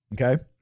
Okay